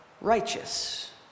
righteous